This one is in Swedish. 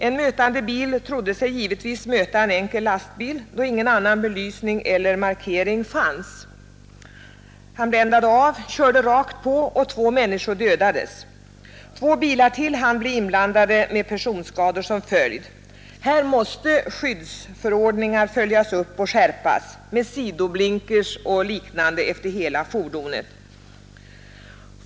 En mötande bilist trodde sig givetvis möta en enkel lastbil, då ingen annan belysning eller markering fanns. Han bländade av och körde rakt på, och två människor dödades. Två bilar till hann bli inblandade med personskador som följd. Här måste skyddsförordningar följas upp och skärpas med krav på sidoblinkers och liknande efter hela fordonet.